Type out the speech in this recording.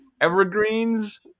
evergreens